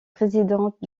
présidente